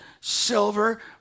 silver